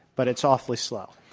but it's awfully slow.